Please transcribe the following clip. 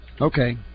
Okay